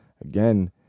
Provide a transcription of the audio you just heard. Again